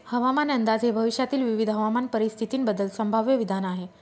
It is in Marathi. हवामान अंदाज हे भविष्यातील विविध हवामान परिस्थितींबद्दल संभाव्य विधान आहे